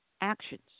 actions